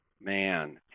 man